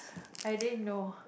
i didn't know